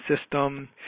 system